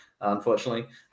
unfortunately